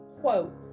Quote